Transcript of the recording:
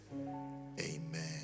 amen